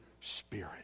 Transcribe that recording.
Spirit